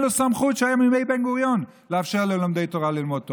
סמכות שהייתה מימי בן-גוריון לאפשר ללומדי תורה ללמוד תורה.